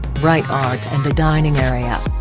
bright art and a dining area.